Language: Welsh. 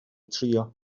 trio